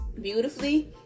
Beautifully